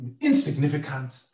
insignificant